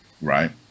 right